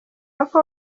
yuko